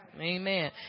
Amen